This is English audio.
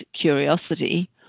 curiosity